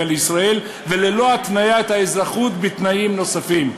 לישראל וללא התניית האזרחות בתנאים נוספים.